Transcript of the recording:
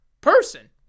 person